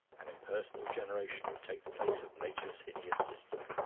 an impersonal generation will take the place of nature's hideous system.